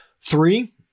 Three